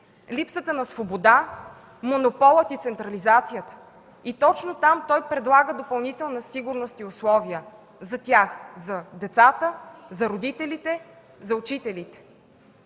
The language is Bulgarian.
липсата на свобода, монополът и централизацията. Точно там той предлага допълнителна сигурност и условия за тях – за децата, за родителите, за учителите.